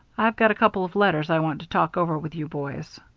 i've got a couple of letters i want to talk over with you boys,